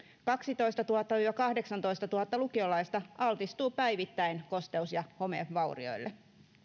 kaksitoistatuhatta viiva kahdeksantoistatuhatta lukiolaista altistuu päivittäin kosteus ja homevaurioille